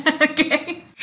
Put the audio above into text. Okay